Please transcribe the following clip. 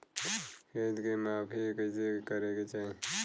खेत के माफ़ी कईसे करें के चाही?